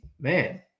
man